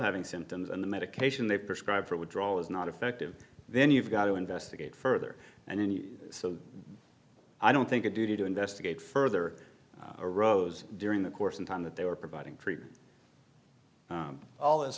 having symptoms and the medication they prescribe for withdrawal is not effective then you've got to investigate further and so i don't think a duty to investigate further arose during the course in time that they were providing treatment all as